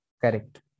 Correct